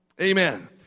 Amen